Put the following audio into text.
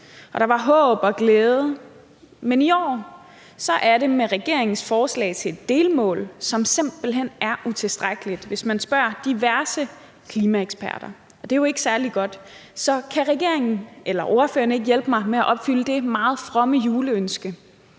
der var håb og glæde, men i år er det med regeringens forslag til et delmål, som simpelt hen er utilstrækkeligt, hvis man spørger diverse klimaeksperter. Og det er jo ikke særlig godt. Så kan ordføreren ikke hjælpe mig med at opfylde det meget fromme juleønske